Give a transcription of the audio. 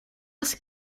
ist